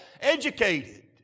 educated